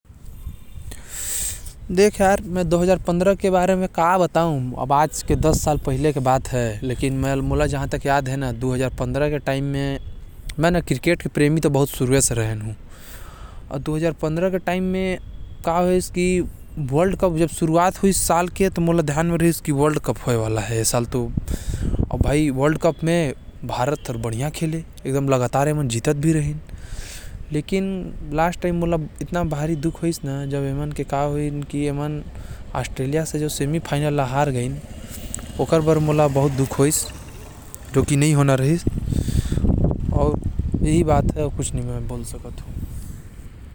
दु हजार पंद्रह हर आज से दस साल पहले रहिस। मोके जहा तक याद हवे ओ समय म क्रिकेट प्रेमी रहेन अउ ओ समय वर्ल्ड कप होएत रहिस।